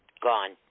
gone